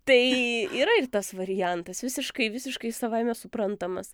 tai yra ir tas variantas visiškai visiškai savaime suprantamas